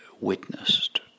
witnessed